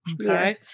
Okay